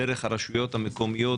דרך הרשויות המקומיות,